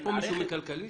יש פה מישהו מכלכליסט?